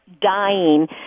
dying